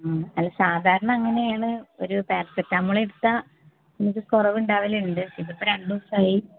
മ് അല്ല സാധാരണ അങ്ങനെയാണ് ഒരു പാരസെറ്റാമോളെടുത്താൽ എനിക്ക് കുറവുണ്ടാവലുണ്ട് ഇത് രണ്ട് ദിവസമായി